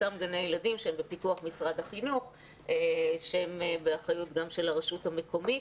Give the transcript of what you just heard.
אותם גני ילדים שהם בפיקוח משרד החינוך ובאחריות גם של הרשות המקומית.